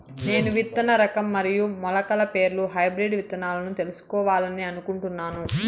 నేను విత్తన రకం మరియు మొలకల పేర్లు హైబ్రిడ్ విత్తనాలను తెలుసుకోవాలని అనుకుంటున్నాను?